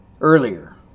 earlier